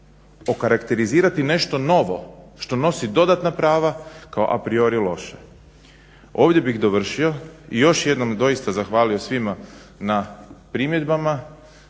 okarakterizirati nešto novo što nosi dodatna prava kao apriori loše. Ovdje bih dovršio i još jednom doista zahvalio svima na primjedbama,